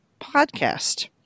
podcast